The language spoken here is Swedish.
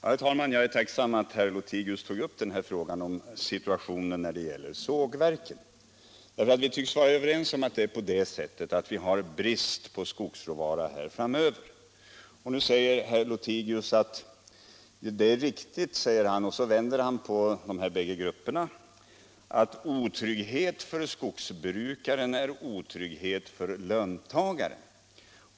Herr talman! Jag är tacksam för att herr Lothigius tog upp frågan om situationen för sågverken. Vi tycks vara överens om att vi kommer att få brist på skogsråvara framöver. Nu säger herr Lothigius att det är riktigt — och då vänder han på de båda grupper jag talade om — att otrygghet för skogsbrukaren är otrygghet för löntagaren.